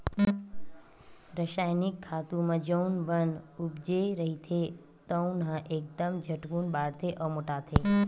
रसायनिक खातू म जउन बन उपजे रहिथे तउन ह एकदम झटकून बाड़थे अउ मोटाथे